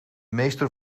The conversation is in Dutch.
meester